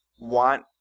want